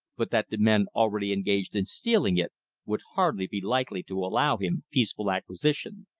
but that the men already engaged in stealing it would hardly be likely to allow him peaceful acquisition.